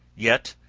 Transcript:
yet,